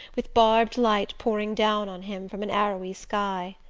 with barbed light pouring down on him from an arrowy sky.